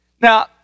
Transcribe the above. Now